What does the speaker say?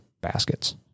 baskets